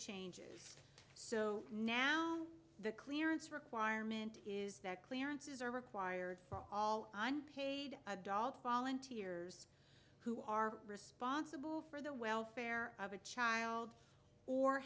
change so now the clearance requirement is that clearances are required for all on paid a dollar volunteers who are responsible for the welfare of a child or